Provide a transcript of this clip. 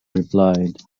replied